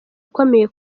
ukomeye